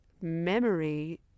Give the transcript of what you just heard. memory